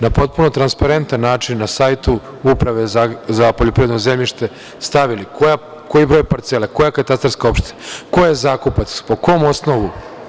Na potpuno transparentan način, na sajtu Uprave za poljoprivredno zemljište stavili koji broj parcele, koja katastarska opština, ko je zakupac, po kom osnovu.